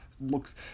Looks